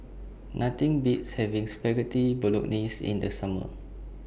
Nothing Beats having Spaghetti Bolognese in The Summer